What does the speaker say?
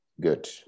Good